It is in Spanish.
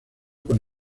con